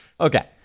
Okay